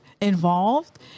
involved